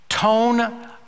Tone